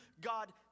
God